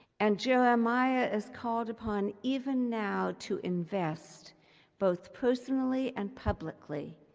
and jeremiah is called upon even now to invest both personally and publicly,